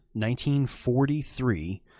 1943